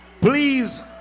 Please